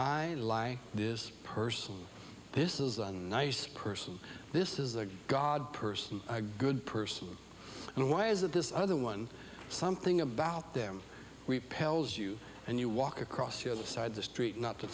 i this person this is a nice person this is the god person a good person and why is that this other one something about them repels you and you walk across you at the side of the street not to